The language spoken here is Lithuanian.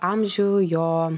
amžių jo